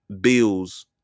bills